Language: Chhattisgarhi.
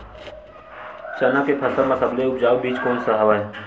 चना के फसल म सबले उपजाऊ बीज कोन स हवय?